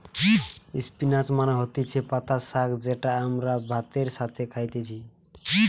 spinach মানে হতিছে পাতা শাক যেটা আমরা ভাতের সাথে খাইতেছি